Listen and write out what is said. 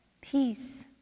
peace